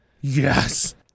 Yes